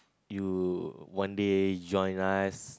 you one day you join us